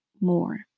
more